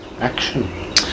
Action